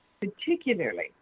particularly